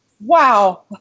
wow